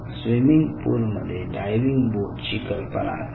swimming पूलमध्ये driving board ची कल्पना करा